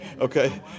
okay